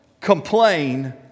complain